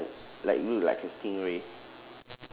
ya it's kinda like like look like a stingray